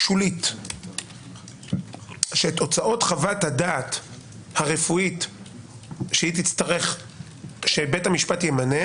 שולית שאת תוצאות חוות הדעת הרפואית שבית משפט ימנה